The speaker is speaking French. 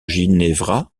ginevra